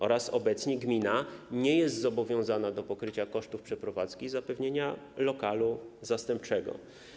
Obecnie gmina nie jest zobowiązana do pokrycia kosztów przeprowadzki i zapewnienia lokalu zastępczego.